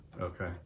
okay